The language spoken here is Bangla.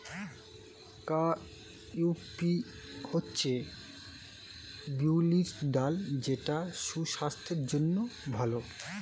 কাউপি হচ্ছে বিউলির ডাল যেটা সুস্বাস্থ্যের জন্য ভালো